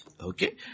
okay